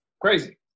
Crazy